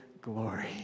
glory